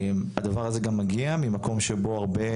הדבר הזה גם מגיע ממקום שבו הרבה,